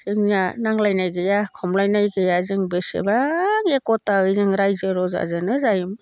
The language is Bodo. जोंनिया नांज्लायनाय गैया खमलायनाय गैया जों बेसेबां एक'तायै जों रायजो रजाजोनो जायोमोन